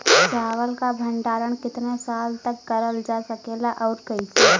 चावल क भण्डारण कितना साल तक करल जा सकेला और कइसे?